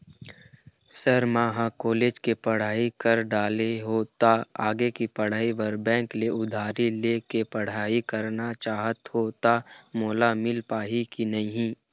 Sir म ह college के पढ़ाई कर दारें हों ता आगे के पढ़ाई बर बैंक ले उधारी ले के पढ़ाई करना चाहत हों ता मोला मील पाही की नहीं?